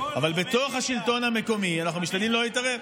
אבל בתוך השלטון המקומי אנחנו משתדלים לא להתערב.